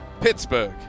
Pittsburgh